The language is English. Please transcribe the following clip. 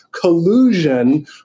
collusion